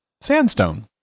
sandstone